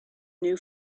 new